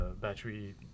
battery